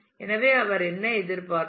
எனவே அவர் என்ன எதிர்பார்த்திருப்பார்